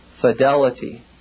fidelity